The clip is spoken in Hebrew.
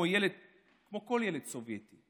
כמו כל ילד סובייטי,